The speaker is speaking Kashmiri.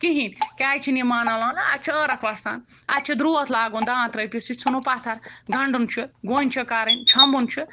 کِہیٖنۍ کیٛازِ چھِنہٕ یِم مانان لونُن اَتہِ چھُ عٲرَق اَتہِ چھُ درٛوتھ لاگُن دان تٔرٛپِس یہِ ژھٕنُن پَتھر گَنٛڈُن چھُ گۄنٛج چھِ کَرٕنۍ چھۄمبُن چھُ